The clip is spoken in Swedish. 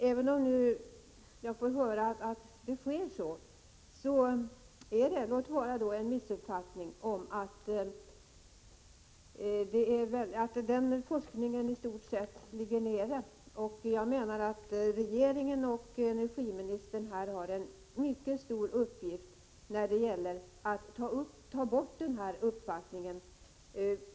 Även om jag nu har fått höra att så sker, råder det — låt vara på felaktiga grunder — en uppfattning om att denna forskning i stort sett ligger nere. Regeringen och energiministern har en mycket stor uppgift när det gäller att få bort denna uppfattning.